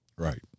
right